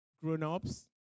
grown-ups